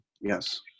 Yes